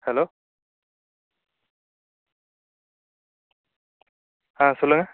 hello ஆ சொல்லுங்கள்